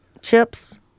chips